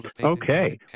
Okay